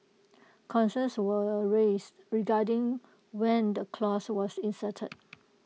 concerns were raised regarding when the clause was inserted